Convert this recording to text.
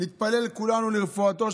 נתפלל כולנו לרפואתו,